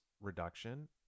reduction